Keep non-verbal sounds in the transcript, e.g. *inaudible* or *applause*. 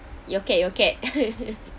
your cat your cat *laughs*